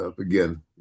again